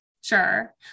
Sure